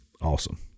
awesome